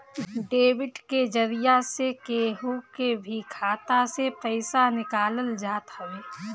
debit के जरिया से केहू के भी खाता से पईसा निकालल जात हवे